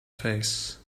face